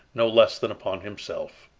no less than upon himself.